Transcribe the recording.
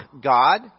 God